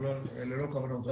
אנחנו ללא כוונות רווח.